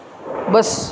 બસ